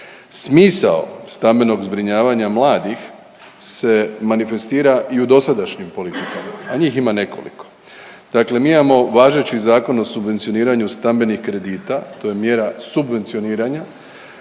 Smisao stambenog zbrinjavanja mladih se manifestira i u dosadašnjim politikama, a njih ima nekoliko, dakle mi imamo važeći Zakon o subvencioniranju stambenih kredita. To je mjere subvencioniranja